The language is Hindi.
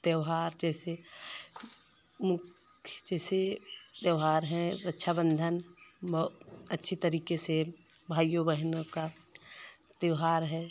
त्योहार जैसे मुख्य जैसे त्योहार है रक्षाबंधन व अच्छी तरीके से भाइयों बहनों का त्योहार है